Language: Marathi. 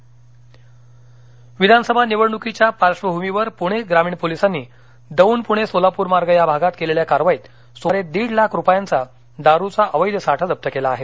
कारवाई विधानसभा निवडणुकीच्या पार्श्वभूमीवर पुणे ग्रामीण पोलिसांनी दौंड पुणे सोलापूर मार्ग या भागात केलेल्या कारवाईत सुमारे दीड लाख रुपयांचा दारुचा अवैध साठा जप्त केला आहे